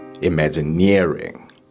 imagineering